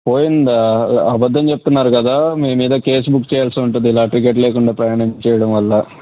పోయిందా అబద్దం చెప్తున్నారు కదా మే మీద కేస్ బుక్ చేయాల్సి ఉంటది ఇలా టికెట్ లేకుండా ప్రయాణం చేయడం వల్ల